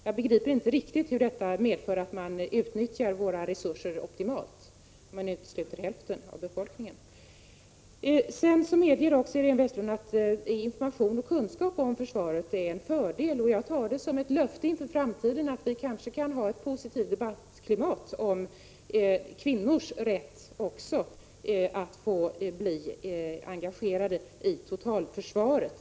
Jag begriper inte riktigt hur detta medför att man utnyttjar våra resurser optimalt, när man utesluter hälften av befolkningen. Iréne Vestlund medgav att information och kunskap om försvaret är en fördel. Jag tar det som ett löfte inför framtiden att vi kanske kan ha ett positivt debattklimat också om kvinnors rätt att få bli engagerade i totalförsvaret.